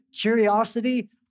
curiosity